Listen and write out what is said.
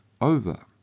over